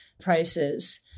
prices